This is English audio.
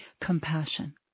compassion